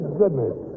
goodness